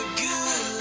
good